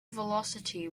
velocity